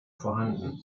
vorhanden